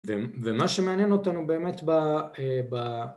ומה שמעניין אותנו באמת ב...